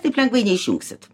taip lengvai neišjungsit